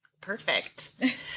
Perfect